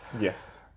yes